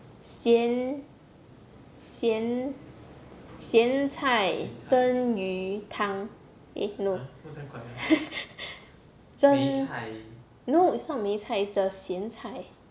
咸咸咸菜蒸鱼汤 eh no 蒸 no it's not 梅菜 it's 蒸的咸菜